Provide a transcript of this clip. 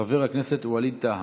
חבר הכנסת ווליד טאהא.